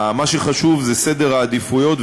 מה שחשוב זה סדר העדיפויות,